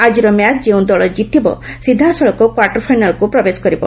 ଆଜିର ମ୍ୟାଚ୍ ଯେଉଁ ଦଳ ଜିତିବ ସିଧାସଳଖ କ୍ୱାର୍ଟର ଫାଇନାଲ୍କୁ ପ୍ରବେଶ କରିବ